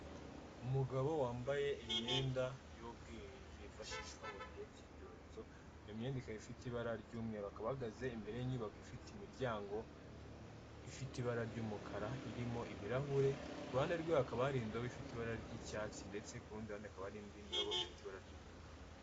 Umugabo wambaye imyenda y’ubwirinzi yifashishwa mu gihe cy'ibyorezo iyo myenda ikaba ifite ibara ry'umweru , ahagaze imbere y'inyubako ifite imiryango ifite ibara ry'umukara irimo ibirahure ku kuruhande rwe hakaba hari indobo ifite ibara ry'icyatsi ndetse karundi ruhande rwe hakaba hari ndobo ifite ibara ry'ubururu.